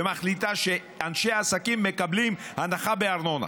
ומחליטה שאנשי עסקים מקבלים הנחה בארנונה,